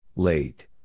Late